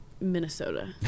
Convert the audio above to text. Minnesota